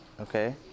Okay